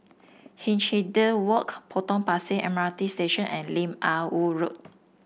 Hindhede Walk Potong Pasir M R T Station and Lim Ah Woo Road